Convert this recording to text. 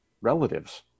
relatives